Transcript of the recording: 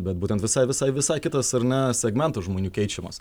bet būtent visai visai visai kitas ar ne segmentas žmonių keičiamas